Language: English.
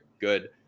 good